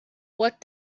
what